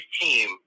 team